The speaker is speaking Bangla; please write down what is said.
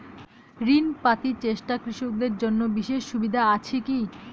ঋণ পাতি চেষ্টা কৃষকদের জন্য বিশেষ সুবিধা আছি কি?